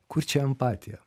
kur čia empatija